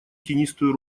тенистую